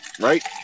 right